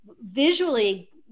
visually